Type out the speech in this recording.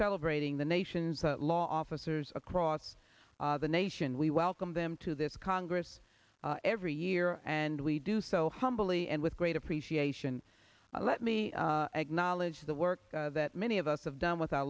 celebrating the nation's a law office or is across the nation we welcome them to this congress every year and we do so humbly and with great appreciation let me acknowledge the work that many of us have done with our